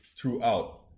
throughout